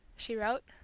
she wrote.